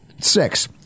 Six